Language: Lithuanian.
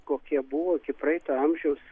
kokie buvo iki praeito amžiaus